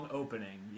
opening